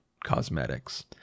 cosmetics